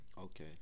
Okay